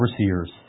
overseers